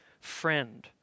friend